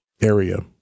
area